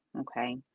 okay